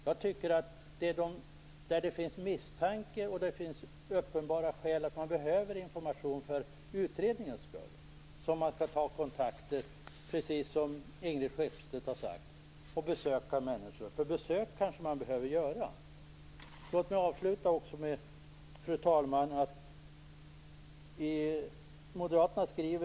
Jag tycker att det är där det finns misstanke och där det finns uppenbara skäl att begära information för utredningens skull som man skall ta kontakt och besöka människor, precis som Ingrid Skeppstedt har sagt. Besök behöver man kanske göra. Fru talman!